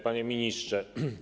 Panie Ministrze!